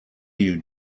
you